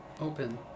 Open